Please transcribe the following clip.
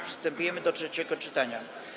Przystępujemy do trzeciego czytania.